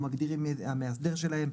אנחנו מגדירים את המאסדר שלהם,